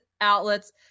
outlets